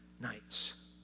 nights